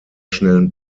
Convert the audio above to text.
schnellen